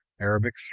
Arabic